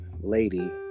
lady